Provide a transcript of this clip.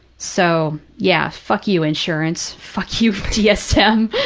so, yeah, fuck you, insurance. fuck you, dsm.